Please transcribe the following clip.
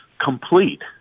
complete